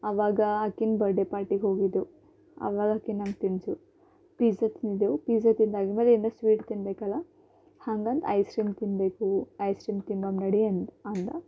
ಅವಾಗ ಆಕಿನ ಬರ್ಡೇ ಪಾರ್ಟಿಗೆ ಹೋಗಿದ್ದೆವು ಅವಗಾಕೆ ನನ್ಗ ತಿನಿಸ್ಲು ಪಿಝಾ ತಿಂದಿದ್ದೆವು ಪಿಝಾ ತಿಂದು ಹಂಗೆ ಏನರ ಸ್ವೀಟ್ ತಿನ್ಬೇಕಲ್ಲಾ ಹಂಗಂತ ಐಸ್ರೀಮ್ ತಿನ್ನಬೇಕು ಐಸ್ರೀಮ್ ತಿನ್ನೋಣ ನಡಿ ಅಂದೆ ಅಂದೆ